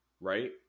right